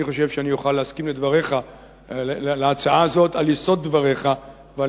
אני חושב שאני אוכל להסכים להצעה הזאת על יסוד דבריך ועל